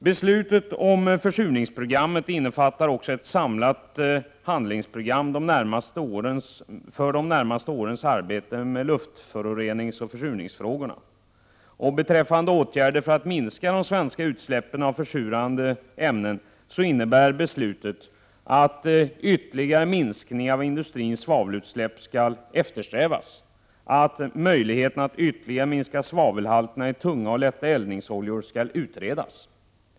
Beslutet om försurningsprogrammet innefattar också ett samlat handlingsprogram för de närmaste årens arbete med luftföroreningsoch försurningsfrågorna. Beslutet innebär att ytterligare minskning av industrins svavelutsläpp skall eftersträvas och att möjligheten att ytterligare minska svavelhalterna i tung och lätt eldningsolja skall utredas.